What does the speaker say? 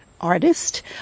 artist